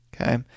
Okay